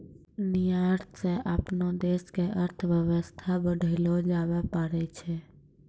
निर्यात स अपनो देश के अर्थव्यवस्था बढ़ैलो जाबैल पारै छै